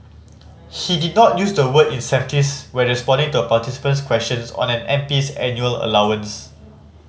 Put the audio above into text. he did not use the word incentives when responding to a participant's question on an M P's annual allowance